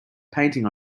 painting